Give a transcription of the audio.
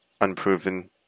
unproven